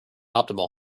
optimal